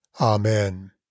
Amen